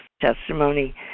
testimony